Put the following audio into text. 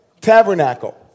tabernacle